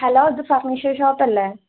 hello ഇത് furniture ഷോപ്പല്ലേ